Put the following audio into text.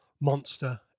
monster